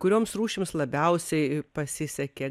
kurioms rūšims labiausiai pasisekė